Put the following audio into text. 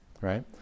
right